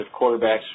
quarterbacks